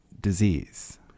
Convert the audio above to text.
disease